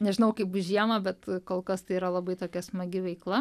nežinau kaip bus žiemą bet kol kas tai yra labai tokia smagi veikla